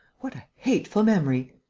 what a hateful memory!